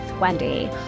Wendy